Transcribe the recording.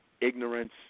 Ignorance